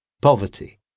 Poverty